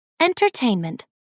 Entertainment